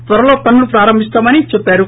త్వరలో పనులు ప్రారంభిస్తామని చెప్పారు